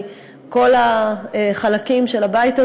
מכל חלקי הבית הזה,